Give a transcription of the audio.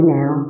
now